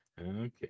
Okay